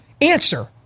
answer